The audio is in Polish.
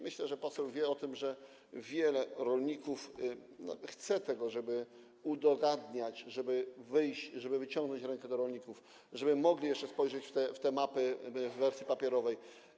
Myślę, że poseł wie o tym, że wielu rolników chce tego, żeby udogadniać, żeby wyjść, żeby wyciągnąć rękę do rolników, żeby mogli jeszcze spojrzeć na mapy w wersji papierowej.